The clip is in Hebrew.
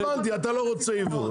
הבנתי, אתה לא רוצה ייבוא.